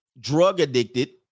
drug-addicted